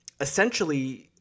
essentially